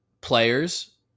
players